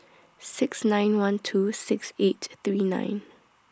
six nine one two six eight three nine